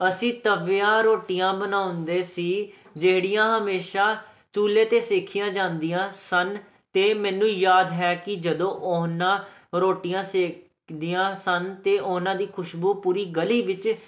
ਅਸੀਂ ਤਵਿਆਂ ਰੋਟੀਆਂ ਬਣਾਉਂਦੇ ਸੀ ਜਿਹੜੀਆਂ ਹਮੇਸ਼ਾ ਚੁੱਲ੍ਹੇ 'ਤੇ ਸੇਕਆਂ ਜਾਂਦੀਆਂ ਸਨ ਅਤੇ ਮੈਨੂੰ ਯਾਦ ਹੈ ਕਿ ਜਦੋਂ ਉਹਨਾਂ ਰੋਟੀਆਂ ਸੇਕਦੀਆਂ ਸਨ ਅਤੇ ਉਹਨਾਂ ਦੀ ਖੁਸ਼ਬੂ ਪੂਰੀ ਗਲੀ ਵਿੱਚ